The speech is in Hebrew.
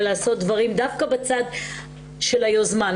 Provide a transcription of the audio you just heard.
ולעשות דברים דווקא בצד של היוזמה.